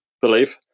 believe